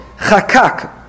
chakak